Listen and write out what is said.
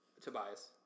tobias